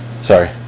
Sorry